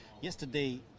Yesterday